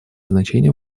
значение